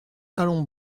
allons